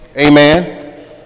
amen